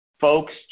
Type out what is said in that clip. folks